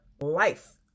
life